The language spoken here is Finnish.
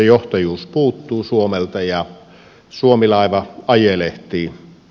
johtajuus puuttuu suomelta ja suomi laiva ajelehtii